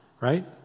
right